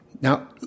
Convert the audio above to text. Now